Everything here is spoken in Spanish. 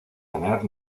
tener